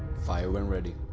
fire when ready.